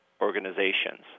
organizations